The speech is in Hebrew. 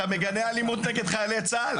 אתה מגנה אלימות נגד חיילי צה"ל?